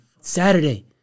Saturday